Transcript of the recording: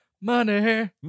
money